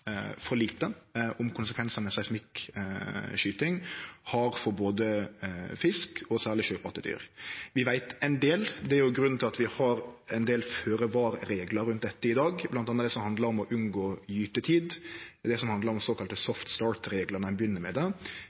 ein del. Det er grunnen til at vi har ein del føre-var-reglar for dette i dag, bl.a. det som handlar om å unngå gytetid og å ha «soft start»-reglar når ein begynner med det,